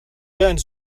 learned